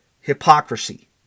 hypocrisy